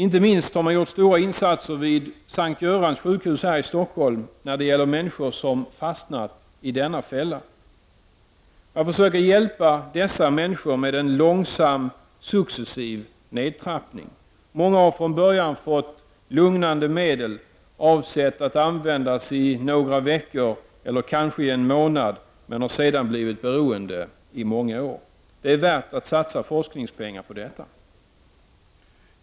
Inte minst vid S:t Görans sjukhus här i Stockholm har man gjort stora insatser när det gäller människor som fastnat i denna fälla. Man försöker hjälpa dessa människor med en långsam successiv nedtrappning. Många har från början fått lugnande medel, avsett att användas i några veckor eller kanske i en månad, men har sedan blivit beroende i många år. Det är värt att satsa forskningspengar på detta.